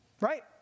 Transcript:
right